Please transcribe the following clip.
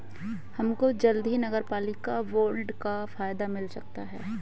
हमको जल्द ही नगरपालिका बॉन्ड का फायदा मिल सकता है